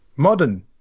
modern